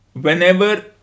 whenever